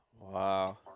wow